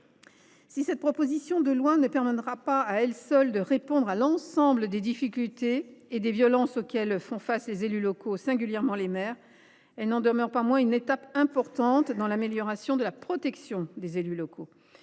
Cette proposition de loi ne permettra pas, à elle seule, de répondre à l’ensemble des difficultés et des violences auxquelles font face les élus locaux, et singulièrement les maires, mais elle constitue une étape importante dans l’amélioration de la protection des élus locaux.